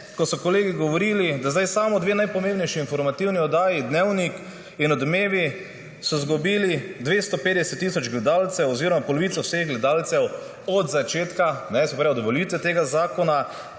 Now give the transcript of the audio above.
ko so kolegi govorili, da sta samo dve najpomembnejši informativni oddaji Dnevnik in Odmevi zgubili 250 tisoč gledalcev oziroma polovico vseh gledalcev od začetka, se pravi od uveljavitve tega zakona,